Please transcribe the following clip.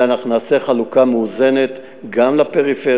אלא אנחנו נעשה חלוקה מאוזנת גם לפריפריה